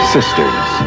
Sisters